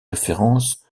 référence